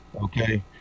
Okay